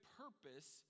purpose